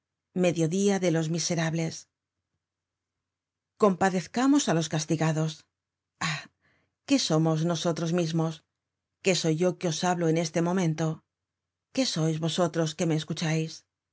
mediodia de los miserables compadezcamos á los castigados ah qué somos nosotros mismos qué soy yo que os hablo en este momento qué sois vosotros que me escuchais